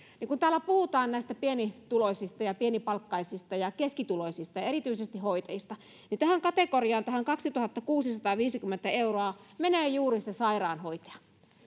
luvuilla kun täällä puhutaan näistä pienituloisista ja pienipalkkaisista ja keskituloisista ja erityisesti hoitajista niin tähän kategoriaan tähän kaksituhattakuusisataaviisikymmentä euroa menee juuri se sairaanhoitaja